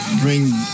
Bring